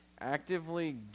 actively